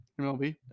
MLB